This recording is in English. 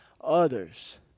others